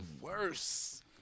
worse